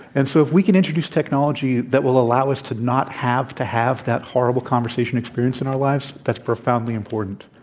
and so, if we can introduce technology that will allow us to not have to have that horrible conversation experience in our lives, that's profound, profoundly important.